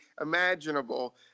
imaginable